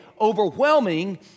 overwhelming